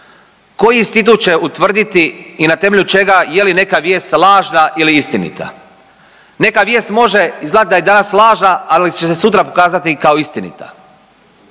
Koji sidus će utvrdi i na temelju čega je li neka vijest lažna ili istinita? Neka vijest može izgledati da je danas lažna, ali će se sutra pokazati kao istinita.